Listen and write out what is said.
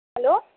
hello